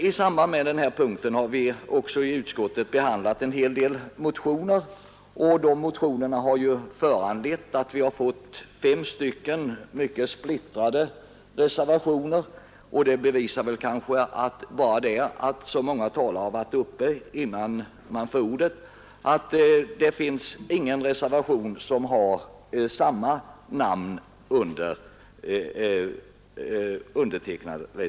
I samband med denna punkt har vi i utskottet även behandlat en hel del motioner, vilka föranlett fem mycket splittrade reservationer. Det är därför så många talare varit uppe. Reservationerna har också undertecknats av olika utskottsledamöter.